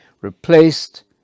replaced